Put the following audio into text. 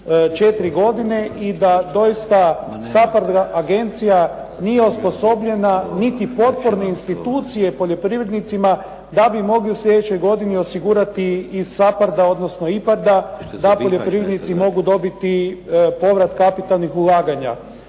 i da doista SAPARD agencija nije osposobljena niti potporne institucije poljoprivrednicima da bi mogli u sljedećoj godini osigurati iz SAPARD-a, odnosno IPARD-a da poljoprivrednici mogu dobiti povrat kapitalnih ulaganja.